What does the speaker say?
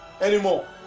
anymore